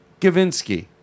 Gavinsky